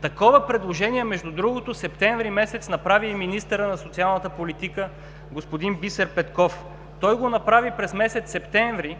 Такова предложение, между другото, през месец септември направи и министърът на социалната политика господин Бисер Петков. Той го направи през месец септември